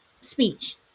speech